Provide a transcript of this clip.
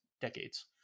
decades